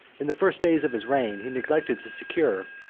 in the first days of his reign, he neglected to secure,